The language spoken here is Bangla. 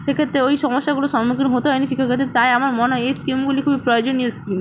সেক্ষেত্রে ওই সমস্যাগুলোর সম্মুখীন হতে হয়নি শিক্ষকেদের তাই আমার মনে হয় এই স্কিমগুলি খুবই প্রয়োজনীয় স্কিম